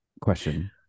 Question